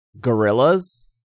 gorillas